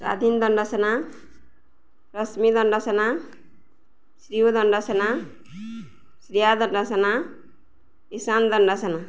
Swadhin Dandasena Rashmi Dandasena Shriyu Dandasena Shriya Dandasena Ishan Dandasena